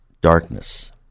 darkness